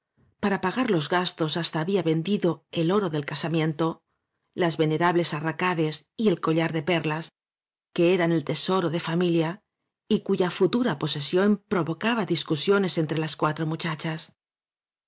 para pagar los gastos hasta había vendido el oro del casamiento las venerables arracades y el collar de perlas que eran el tesoro de jl familia y cuya futura posesión provocaba dis cusiones i ír entre las cuatro